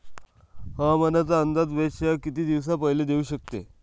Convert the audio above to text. हवामानाचा अंदाज वेधशाळा किती दिवसा पयले देऊ शकते?